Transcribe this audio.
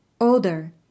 Older